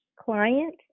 client